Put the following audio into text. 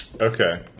Okay